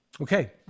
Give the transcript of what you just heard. Okay